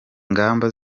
ngamba